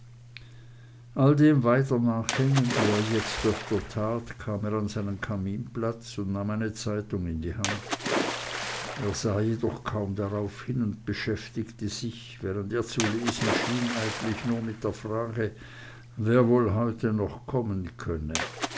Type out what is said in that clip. dem weiter nachhängend wie er jetzt öfter tat kam er an seinen kaminplatz und nahm eine zeitung in die hand er sah jedoch kaum drauf hin und beschäftigte sich während er zu lesen schien eigentlich nur mit der frage wer wohl heute noch kommen könne